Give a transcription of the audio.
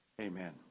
Amen